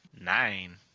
Nine